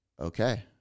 okay